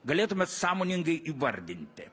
galėtumėt sąmoningai įvardinti